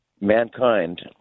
Mankind